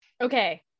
Okay